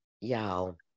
Y'all